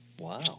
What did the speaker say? Wow